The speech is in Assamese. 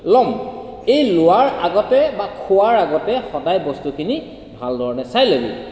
ল'ম এই লোৱাৰ আগতে বা খোৱাৰ আগতে সদাই বস্তুখিনি ভাল ধৰণে চাই ল'বি